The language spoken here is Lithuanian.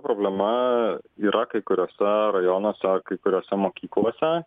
problema yra kai kuriuose rajonuose kai kuriose mokyklose